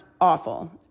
awful